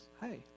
hey